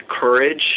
courage